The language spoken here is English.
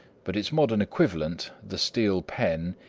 but its modern equivalent, the steel pen,